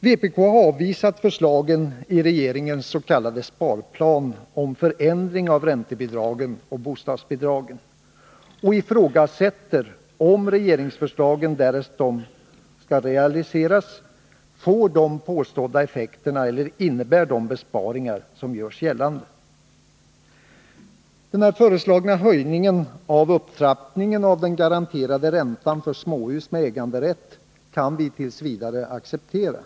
Vpk har avvisat förslagen i regeringens s.k. sparplan om förändring av räntebidragen och bostadsbidragen och ifrågasätter om regeringsförslagen, därest de skulle realiseras, får de påstådda effekterna eller innebär de besparingar som görs gällande. Den föreslagna upptrappningen av den garanterade räntan för småhus med äganderätt kan vi t. v. acceptera.